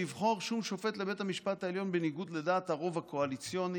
לבחור שום שופט לבית המשפט העליון בניגוד לדעת הרוב הקואליציוני